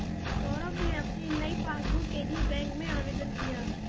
सौरभ ने अपनी नई पासबुक के लिए बैंक में आवेदन किया